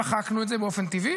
שחקנו את זה באופן טבעי,